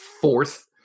fourth